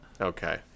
Okay